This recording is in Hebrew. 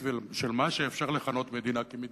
ושל מה שאפשר לכנות מדינה כמדינה.